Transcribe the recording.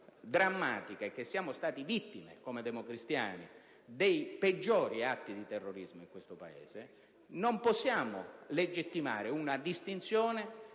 che siamo stati vittime, come democristiani, dei peggiori atti di terrorismo in questo Paese, non possiamo legittimare una distinzione